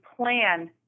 plan